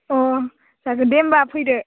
अ जागोन दे होनबा फैदो